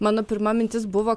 mano pirma mintis buvo